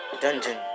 Dungeon